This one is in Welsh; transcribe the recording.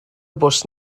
bws